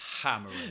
hammering